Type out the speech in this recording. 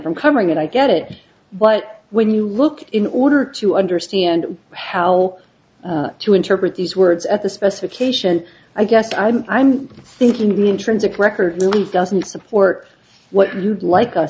from coming in i get it but when you look in order to understand how to interpret these words at the specification i guess i'm i'm thinking to be intrinsic record really doesn't support what you'd like us